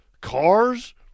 cars